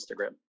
Instagram